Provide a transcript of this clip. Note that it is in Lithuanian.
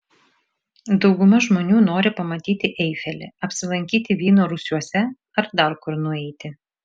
dauguma žmonių nori pamatyti eifelį apsilankyti vyno rūsiuose ar dar kur nueiti